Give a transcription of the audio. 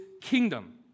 kingdom